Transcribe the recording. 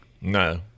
No